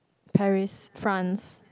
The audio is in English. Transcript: Paris France